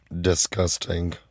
Disgusting